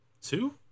Two